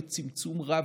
בצמצום רב,